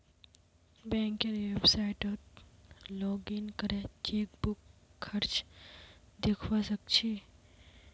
बैंकेर website login करे chequebook खर्च दखवा स ख छि